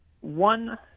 one